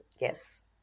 Yes